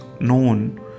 known